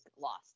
lost